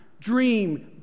Dream